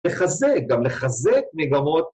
‫לחזק גם, לחזק מגמות.